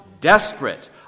desperate